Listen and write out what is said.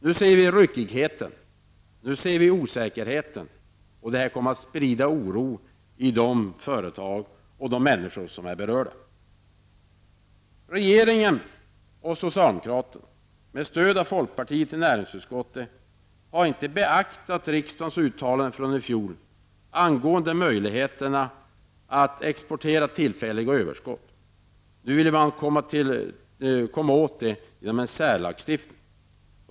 Vi ser ryckigheten och osäkerheten som kommer att sprida oro i de företag och bland de människor som är berörda. Regeringen och socialdemokraterna med stöd av folkpartisterna i näringsutskottet har inte beaktat riksdagens uttalande från i fjol angående möjligheterna att exportera tillfälliga överskott. Nu vill man begränsa dessa möjligheter genom en särlagstiftning.